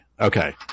okay